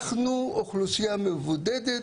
אנחנו אוכלוסייה מבודדת,